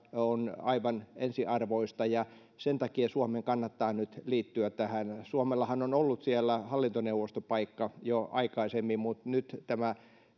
on aivan ensiarvoista ja sen takia suomen kannattaa nyt liittyä tähän suomellahan on ollut siellä hallintoneuvostopaikka jo aikaisemmin mutta nyt tämä